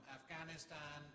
Afghanistan